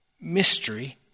mystery